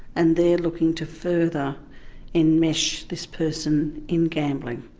and they're looking to further enmesh this person in gambling.